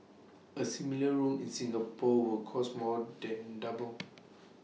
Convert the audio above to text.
A similar room in Singapore would cost more than double